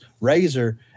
razor